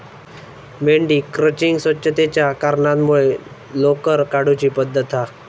मेंढी क्रचिंग स्वच्छतेच्या कारणांमुळे लोकर काढुची पद्धत हा